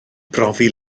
brofi